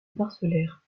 parcellaire